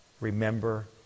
Remember